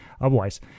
Otherwise